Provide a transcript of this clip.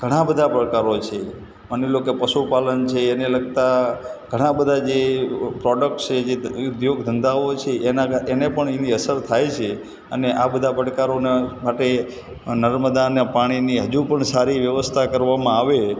ઘણા બધા પડકારો છે માની લો કે પશુપાલન છે એને લગતા ઘણા બધા જે પ્રોડક્ટ છે જે ઉદ્યોગ ધંધાઓ છે એના એને પણ એની અસર થાય છે અને આ બધા પડકારોના માટે નર્મદાના પાણીની હજુ પણ સારી વ્યવસ્થા કરવામાં આવે